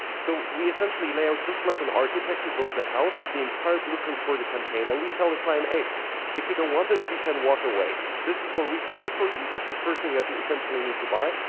so we essentially lay out just like an architect who builds a house the entire blueprint for the campaign and we tell the client, if you don't want this you can walk away. this is what we could do for you, that's the first thing that you essentially need to buy.